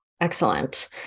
Excellent